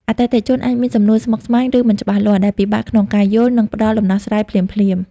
អតិថិជនអាចមានសំណួរស្មុគស្មាញ ឬមិនច្បាស់លាស់ ដែលពិបាកក្នុងការយល់ និងផ្ដល់ដំណោះស្រាយភ្លាមៗ។